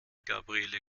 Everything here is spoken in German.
gabriele